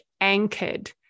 anchored